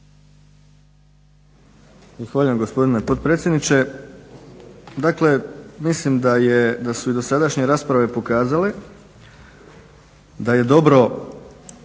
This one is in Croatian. gospodine potpredsjedniče. Dakle, mislim da su i dosadašnje rasprave pokazale da je dobro